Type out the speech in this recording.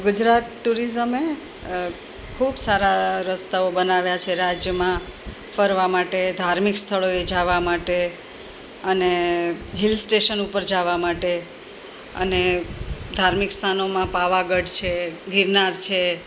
ગુજરાત ટૂરિઝમે ખૂબ સારા રસ્તાઓ બનાવ્યાં છે રાજ્યમાં ફરવાં માટે ધાર્મિક સ્થળોએ જવાં માટે અને હિલ સ્ટેશન ઉપર જવાં માટે અને ધાર્મિક સ્થાનોમાં પાવાગઢ છે ગિરનાર છે